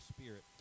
spirit